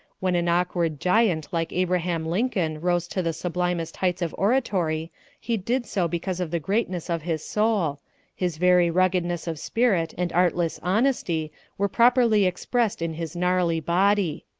when an awkward giant like abraham lincoln rose to the sublimest heights of oratory he did so because of the greatness of his soul his very ruggedness of spirit and artless honesty were properly expressed in his gnarly body.